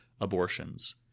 abortions